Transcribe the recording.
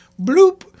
Bloop